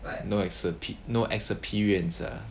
no exper~ experience uh